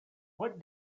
what